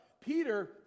Peter